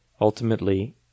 ultimately